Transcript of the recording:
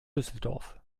düsseldorf